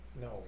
No